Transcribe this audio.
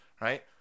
Right